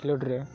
ᱠᱷᱮᱞᱳᱰ ᱨᱮ